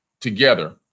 together